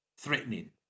Threatening